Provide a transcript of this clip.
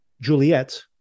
Juliet